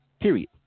Period